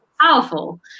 powerful